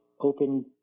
Open